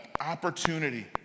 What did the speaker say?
opportunity